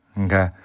okay